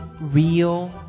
real